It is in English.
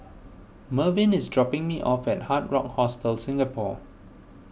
Mervyn is dropping me off at Hard Rock Hostel Singapore